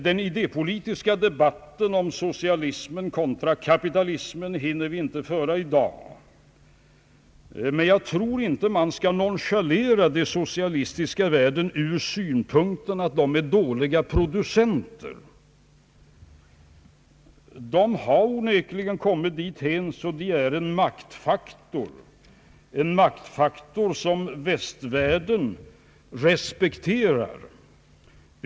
Den idé politiska debatten om socialismen kontra kapitalismen hinner vi inte föra i dag, men jag tror inte att man skall nonchalera den socialistiska världen ur den synvinkeln att den är en dålig producent. De socialistiska länderna har onekligen kommit dithän att de är en maktfaktor — en maktfaktor som västvärlden respekterar.